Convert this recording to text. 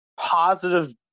positive